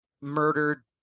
murdered